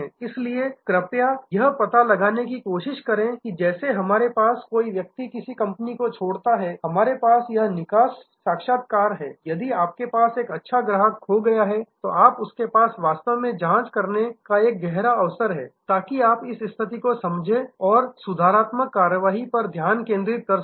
इसलिए कृपया यह पता लगाने की कोशिश करें कि जैसे हमारे पास कोई व्यक्ति किसी कंपनी को छोड़ता है हमारे पास यह निकास साक्षात्कार है यदि आपके पास एक अच्छा ग्राहक खो गया है तो आपके पास वास्तव में जांच करने का एक गहरा अवसर है ताकि आप इस स्थिति की समझ और सुधारात्मक कार्यवाहीयो पर ध्यान केंद्रित कर सकें